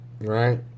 right